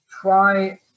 try